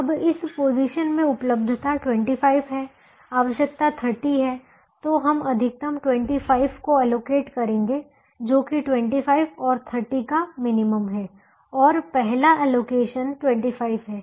अब इस पोजीशन में उपलब्धता 25 है आवश्यकता 30 है तो हम अधिकतम 25 को एलोकेट करेंगे जो कि 25 और 30 का मिनिमम है और पहला अलोकेशन 25 है